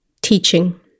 teaching